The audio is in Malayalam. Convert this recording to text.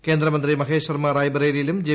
കേന്ദ്രമന്ത്രി മഹേഷ് ശർമ്മ റായ്ബറേലിയിലും ജെ